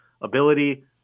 ability